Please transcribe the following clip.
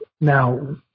Now